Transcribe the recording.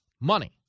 money